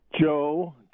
joe